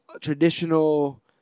traditional